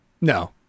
no